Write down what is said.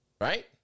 Right